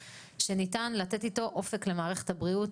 שניתן לתת איתו אופק למערכת הבריאות,